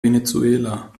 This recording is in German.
venezuela